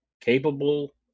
capable